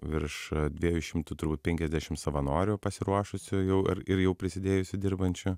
virš dviejų šimtų turbūt penkiasdešimt savanorių pasiruošusių jau ar ir jau prisidėjusių dirbančių